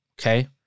okay